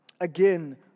Again